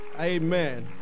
Amen